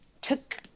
took